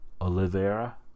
Oliveira